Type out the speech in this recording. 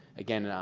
again,